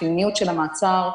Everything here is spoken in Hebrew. החיוניות של המעצר,